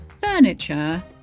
furniture